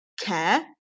care